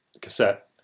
cassette